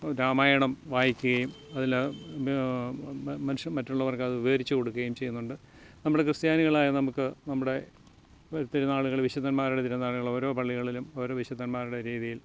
രാമായണം വായിക്കുകയും അതിൽ മനുഷ്യൻ മറ്റുള്ളവർക്ക് അത് വിവരിച്ച് കൊടുക്കുകയും ചെയ്യുന്നുണ്ട് നമ്മുടെ ക്രിസ്ത്യാനികളായ നമുക്ക് നമ്മുടെ തിരുന്നാളുകൾ വിശുദ്ധന്മാരുടെ തിരുന്നാളുകൾ ഓരോ പള്ളികളിലും ഓരോ വിശുദ്ധന്മാരുടെ രീതിയിൽ